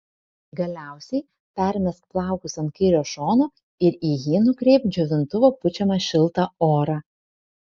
galiausiai permesk plaukus ant kairio šono ir į jį nukreipk džiovintuvo pučiamą šiltą orą